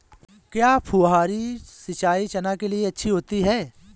क्या फुहारी सिंचाई चना के लिए अच्छी होती है?